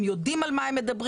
הם יודעים על מה הם מדברים.